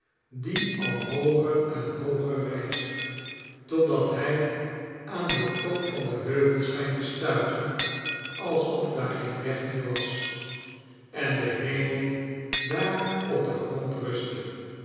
die al hooger en hooger rijst totdat hij aan den top van den heuvel schijnt te stuiten alsof daar geen weg meer was en de hem el daar op den grond rustte